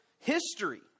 history